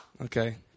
okay